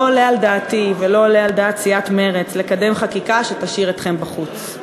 לא עולה על דעתי ולא עולה על דעת סיעת מרצ לקדם חקיקה שתשאיר אתכם בחוץ.